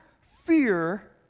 fear